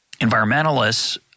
environmentalists